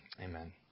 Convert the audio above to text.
Amen